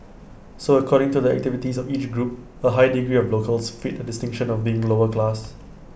so according to the activities of each group A high degree of locals fit the distinction of being lower class